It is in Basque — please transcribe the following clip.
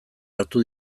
hartu